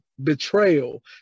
betrayal